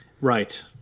Right